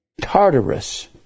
Tartarus